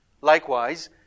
Likewise